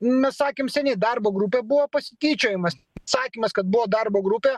mes sakėm seniai darbo grupė buvo pasityčiojimas sakymas kad buvo darbo grupė